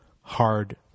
hard